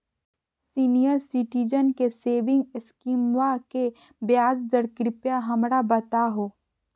senior citizen के saving स्कीमवा के ब्याज दर कृपया हमरा बताहो